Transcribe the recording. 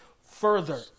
further